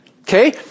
Okay